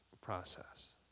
process